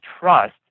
trust